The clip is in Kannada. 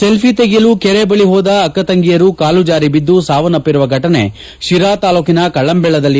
ಸೆಲ್ಲಿ ತೆಗೆಯಲು ಕೆರೆ ಬಳಿ ಹೋದ ಅಕ್ಕತಂಗಿಯರು ಕಾಲುಜಾರಿ ಬಿದ್ದು ಸಾವನ್ನಪ್ಪಿರುವ ಫಟನೆ ಶಿರಾ ತಾಲ್ಲೂಕಿನ ಕಳ್ಳಂಬೆಳ್ಳದಲ್ಲಿ